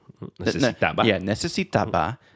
necesitaba